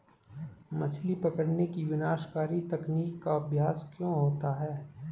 मछली पकड़ने की विनाशकारी तकनीक का अभ्यास क्यों होता है?